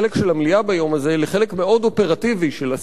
המליאה ביום הזה לחלק מאוד אופרטיבי של עשייה.